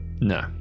No